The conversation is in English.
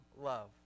love